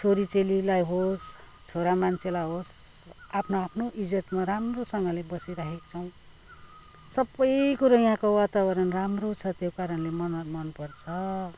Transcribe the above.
छोरीचेलीलाई होस् छोरा मान्छेलाई होस् आफ्नो आफ्नो इजेतमा राम्रोसँगले बसिराखेको छौँ सबै कुरो यहाँको वातावरण राम्रो छ त्यो कारणले मलाई मन पर्छ